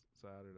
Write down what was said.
Saturday